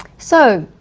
so,